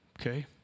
Okay